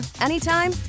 anytime